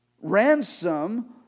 ransom